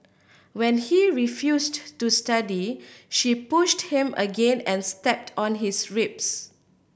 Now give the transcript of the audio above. when he refused to study she pushed him again and stepped on his ribs